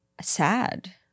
sad